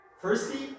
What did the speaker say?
Firstly